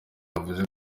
yavuze